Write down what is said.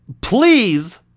please